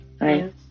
Right